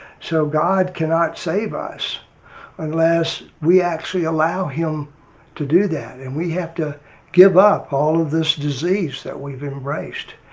so god cannot save us unless we actually allow him to do that and we have to give up all of this disease that we've embraced.